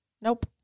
Nope